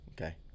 Okay